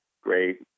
great